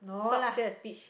socks say a speech